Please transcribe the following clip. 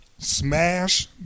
Smash